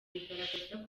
rigaragaza